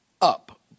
up